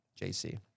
JC